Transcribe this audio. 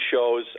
shows